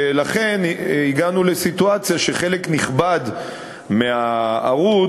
ולכן הגענו לסיטואציה שחלק נכבד מהערוץ,